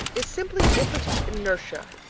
is simply impotent inertia.